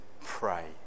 pray